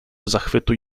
zachwytu